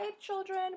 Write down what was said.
children